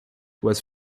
was